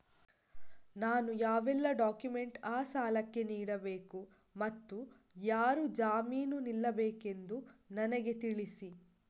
ನಾನು ಯಾವೆಲ್ಲ ಡಾಕ್ಯುಮೆಂಟ್ ಆ ಸಾಲಕ್ಕೆ ನೀಡಬೇಕು ಮತ್ತು ಯಾರು ಜಾಮೀನು ನಿಲ್ಲಬೇಕೆಂದು ನನಗೆ ತಿಳಿಸಿ?